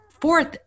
fourth